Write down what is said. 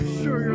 sure